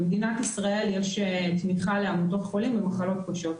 במדינת ישראל יש תמיכה לעמותות חולים במחלות קשות.